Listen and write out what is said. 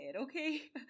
Okay